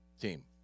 team